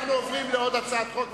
אנחנו עוברים לעוד הצעת חוק,